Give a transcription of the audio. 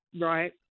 right